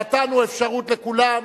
נתנו אפשרות לכולם.